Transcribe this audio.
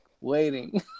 waiting